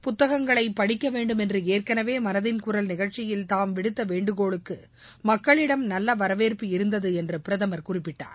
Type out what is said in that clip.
புத்தகங்களை படிக்கவேண்டும் என்று ஏற்கனவே மனதின் குரல் நிகழ்ச்சியல் தாம் விடுத்த வேண்டுகோளுக்கும் மக்களிடம் நல்ல வரவேற்வு இருந்தது என்று பிரதமர் குறிப்பிட்டார்